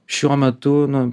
šiuo metu nu